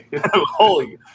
Holy